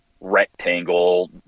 rectangle